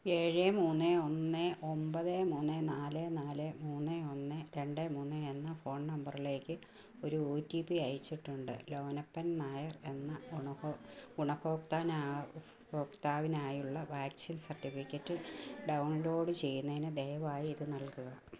ഏഴ് മൂന്ന് ഒന്ന് ഒന്പത് മുന്ന് നാല് നാല് മൂന്ന് ഒന്ന് രണ്ട് മൂന്ന് എന്ന ഫോൺ നമ്പറിലേക്ക് ഒരു ഒ ടി പി അയച്ചിട്ടുണ്ട് ലോനപ്പൻ നായർ എന്ന ഗുണഭോ ഗുണഭോക്താവിനാ ഗുണഭോക്താവിനായുള്ള വാക്സിൻ സർട്ടിഫിക്കറ്റ് ഡൗൺലോഡ് ചെയ്യുന്നതിന് ദയവായി ഇത് നൽകുക